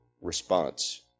response